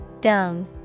Dung